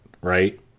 right